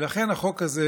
ולכן החוק הזה,